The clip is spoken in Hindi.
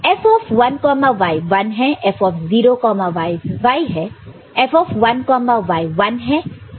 तो F1y 1 है और F0y y है